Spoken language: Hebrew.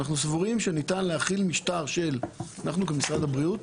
אנחנו סבורים שניתן להכיל משטר - אנחנו גם משרד הבריאות,